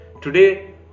Today